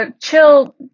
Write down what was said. chill